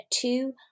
two